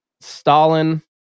Stalin